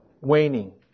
waning